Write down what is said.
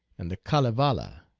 and the kalevala,